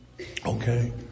Okay